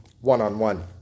one-on-one